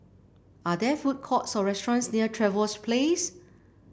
are there food courts or restaurants near Trevose Place